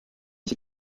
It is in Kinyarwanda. cye